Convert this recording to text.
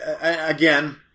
again